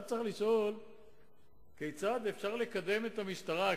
ואתה צריך לשאול כיצד אפשר לקדם את המשטרה,